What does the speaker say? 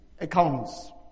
accounts